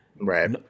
Right